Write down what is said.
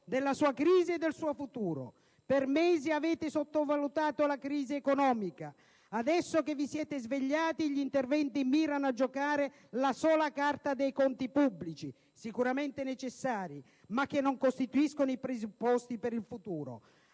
della sua crisi e del suo futuro. Per mesi avete sottovalutato la crisi economica. Adesso che vi siete svegliati le misure mirano a giocare la sola carta degli interventi sui conti pubblici, sicuramente necessari, ma che non costituiscono i presupposti per il futuro.